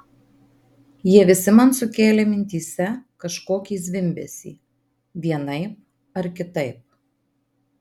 jie visi man sukėlė mintyse kažkokį zvimbesį vienaip ar kitaip